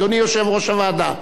אדוני יושב-ראש הוועדה,